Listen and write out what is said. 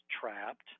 trapped